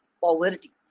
poverty